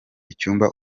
icyumba